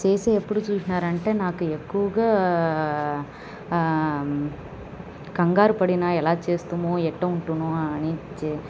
చేసేటప్పుడు చూసినారంటే నాకు ఎక్కువగా కంగారుపడిన ఎలా చేస్తామో ఎట్టుంటునో అని